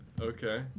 Okay